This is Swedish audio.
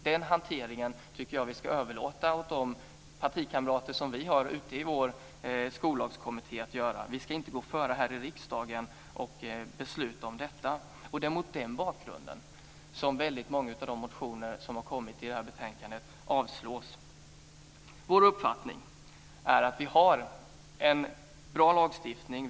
Den hanteringen tycker jag att vi ska överlåta på de partikamrater som vi har i skollagskommittén. Vi ska inte här i riksdagen gå före och besluta om detta. Det är mot den bakgrunden som många av de reservationer som kommit i det här betänkandet avslås. Vår uppfattning är att vi har en bra lagstiftning.